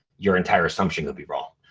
your entire assumption could be wrong.